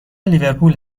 لیورپول